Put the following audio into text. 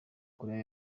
koreya